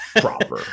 proper